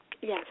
Yes